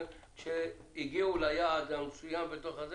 כשהגיעו ליעד שנקבע,